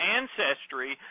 ancestry